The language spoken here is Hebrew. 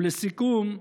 ולסיכום,